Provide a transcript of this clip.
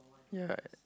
ya